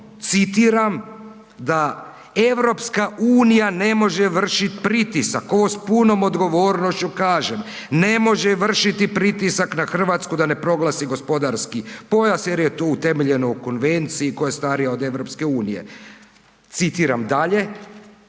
citiram „da EU ne može vršiti pritisak, ovo s punom odgovornošću kažem, ne može vršiti pritisak na RH da ne proglasi gospodarski pojas jer je to utemeljeno u Konvenciji koja je starija od EU“. Citiram dalje